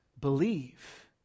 believe